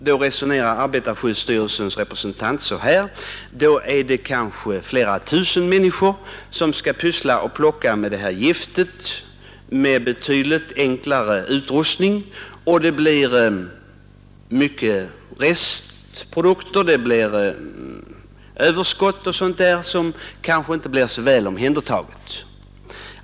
Då resonerar arbetarskyddsstyrelsens representant så här: Då är det kanske flera tusen människor som skall pyssla och plocka med det här giftet med betydligt enklare utrustning och det blir många restprodukter, överskott och sådant som kanske inte blir så väl omhändertaget.